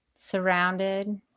surrounded